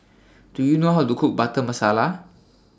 Do YOU know How to Cook Butter Masala